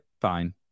fine